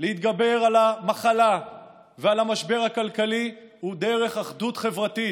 ולהתגבר על המחלה ועל המשבר הכלכלי הוא דרך אחדות חברתית,